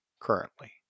currently